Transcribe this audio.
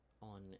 on